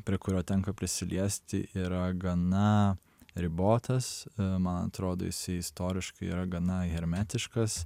prie kurio tenka prisiliesti yra gana ribotas man atrodo jisai istoriškai yra gana hermetiškas